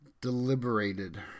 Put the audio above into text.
deliberated